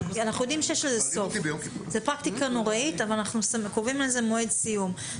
זו פרקטיקה נוראית ואנחנו קובעים לזה מועד סיום.